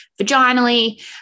vaginally